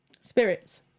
Spirits